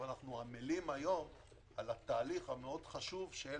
אנחנו עמלים היום על התהליך המאוד חשוב של